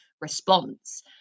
response